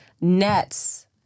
nets